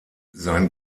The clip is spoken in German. sein